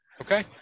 okay